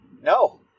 no